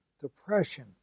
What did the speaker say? depression